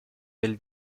del